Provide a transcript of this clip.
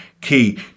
key